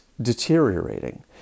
deteriorating